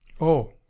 Oh